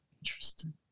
Interesting